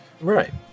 Right